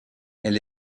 elle